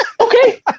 Okay